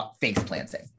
face-planting